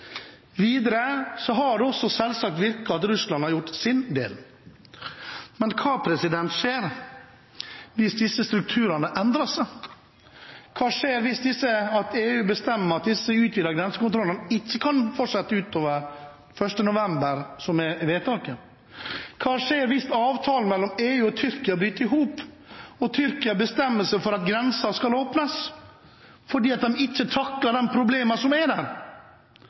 har det selvsagt også virket at Russland har gjort sin del. Men hva skjer hvis disse strukturene endrer seg? Hva skjer hvis EU bestemmer at disse utvidede grensekontrollene ikke kan fortsette utover 1. november, som er vedtaket? Hva skjer hvis avtalen mellom EU og Tyrkia bryter sammen og Tyrkia bestemmer seg for at grensen skal åpnes, fordi de ikke takler de problemene som er der?